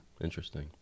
Interesting